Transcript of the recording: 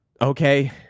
okay